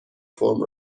فرم